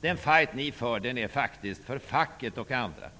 Den fight ni för är för facket och andra.